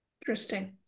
Interesting